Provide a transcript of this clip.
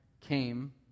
came